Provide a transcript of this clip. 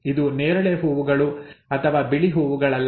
ಇದು ನೇರಳೆ ಹೂವುಗಳು ಅಥವಾ ಬಿಳಿ ಹೂವುಗಳಲ್ಲ